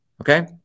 okay